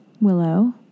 Willow